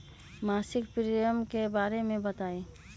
मासिक प्रीमियम के बारे मे बताई?